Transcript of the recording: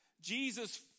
Jesus